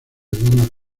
donald